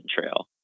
Trail